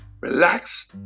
relax